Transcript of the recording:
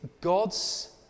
god's